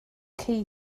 cei